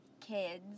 kids